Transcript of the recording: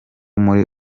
muri